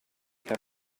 cap